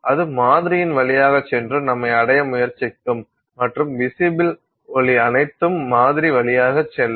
அது மாதிரியின் வழியாகச் சென்று நம்மை அடைய முயற்சிக்கும் மற்றும் விசிபில் ஒளி அனைத்தும் மாதிரி வழியாக செல்லும்